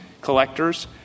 collectors